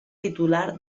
titular